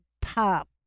pop